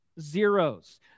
Zeros